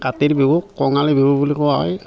কাতিৰ বিহুক কঙালী বিহু বুলি কোৱা হয়